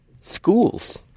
schools